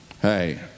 Hey